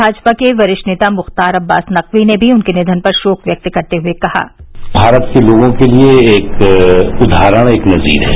भाजपा के वरिष्ठ नेता मुख्तार अव्वास नकवी ने भी उनके निधन पर शोक व्यक्त करते हुए कहा भारत के लोगों के लिए एक उदाहरण एक नजीर है